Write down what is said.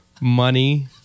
money